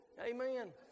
Amen